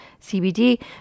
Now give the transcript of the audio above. CBD